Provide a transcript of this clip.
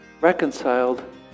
reconciled